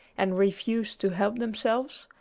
and refused to help themselves,